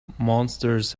monsters